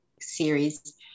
series